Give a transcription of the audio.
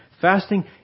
Fasting